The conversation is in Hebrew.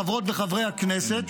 חברות וחברי הכנסת,